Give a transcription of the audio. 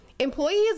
employees